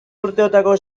urteotako